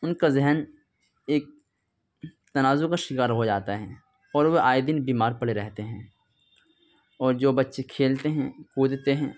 ان کا ذہن ایک تنازع کا شکار ہو جاتا ہے اور وہ آئے دن بیمار پڑے رہتے ہیں اور جو بچّے كھیلتے ہیں كودتے ہیں